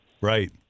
right